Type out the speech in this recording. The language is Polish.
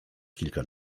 kilka